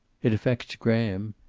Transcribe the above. it affects graham.